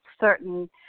certain